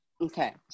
Okay